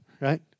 right